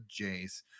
Jace